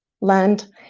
land